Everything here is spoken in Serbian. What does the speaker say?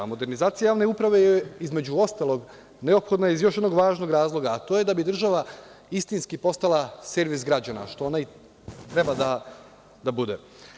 Modernizacija javne uprave je, između ostalog, neophodna iz još jednog važnog razloga, a to je da bi država istinski postala servis građana, što ona i treba da bude.